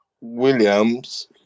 Williams